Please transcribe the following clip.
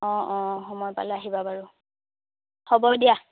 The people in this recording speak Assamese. অ অ সময় পালে আহিবা বাৰু হ'ব দিয়া